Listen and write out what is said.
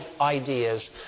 ideas